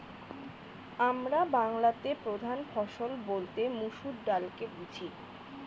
আমরা বাংলাতে প্রধান ফসল বলতে মসুর ডালকে বুঝি